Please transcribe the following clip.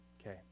Okay